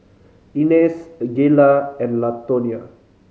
Inez Gayla and Latonya